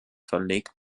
verlegt